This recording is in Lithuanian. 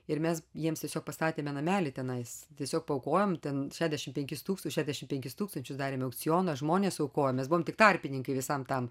ir mes jiems tiesiog pastatėme namelį tenais tiesiog paaukojom ten šešiasdešimt penkis tūkstančius šešiasdešimt penkis tūkstančius darėme aukcioną žmonės aukojo mes buvom tik tarpininkai visam tam